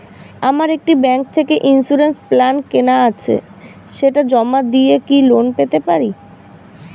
আমার একটি ব্যাংক থেকে ইন্সুরেন্স প্ল্যান কেনা আছে সেটা জমা দিয়ে কি লোন পেতে পারি?